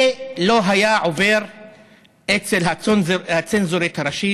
זה לא היה עובר אצל הצנזורית הראשית,